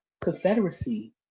Confederacy